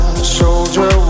Soldier